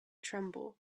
tremble